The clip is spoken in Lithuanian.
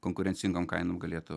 konkurencingom kainom galėtų